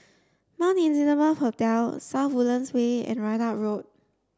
Mount Elizabeth hotel South Woodlands Way and Ridout Road